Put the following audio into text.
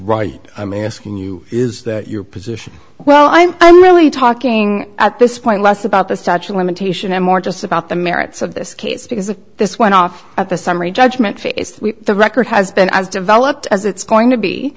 right i'm asking you is that your position well i'm i'm really talking at this point less about the statue limitation and more just about the merits of this case because if this went off at the summary judgment face the record has been as developed as it's going to be